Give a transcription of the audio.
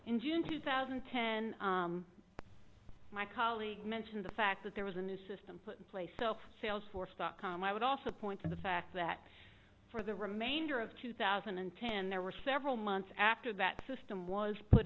in june two thousand and ten my colleague mentioned the fact that there was a new system put in place of sales force dot com i would also point to the fact that for the remainder of two thousand and ten there were several months after that system was put